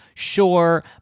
sure